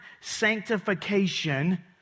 sanctification